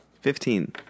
Fifteen